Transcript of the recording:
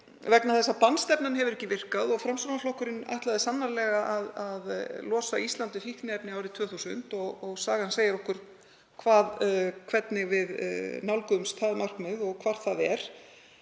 að styðjast. Bannstefnan hefur ekki virkað og Framsóknarflokkurinn ætlaði svo sannarlega að losa Ísland við fíkniefni árið 2000 og sagan segir okkur hvernig við nálguðumst það markmið og hvar það er.